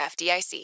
FDIC